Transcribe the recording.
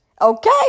okay